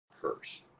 purse